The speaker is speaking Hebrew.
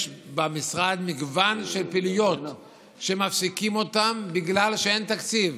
יש במשרד מגוון של פעילויות שמפסיקים אותן בגלל שאין תקציב.